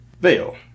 Veil